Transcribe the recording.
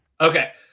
Okay